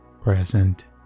present